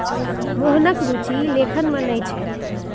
मोहनक रुचि लेखन मे नहि छै